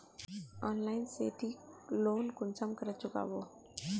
Online से ती loan कुंसम करे चुकाबो?